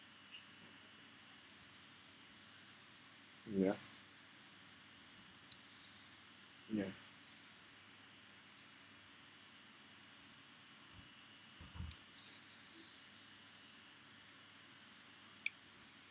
ya ya